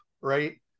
right